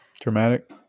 dramatic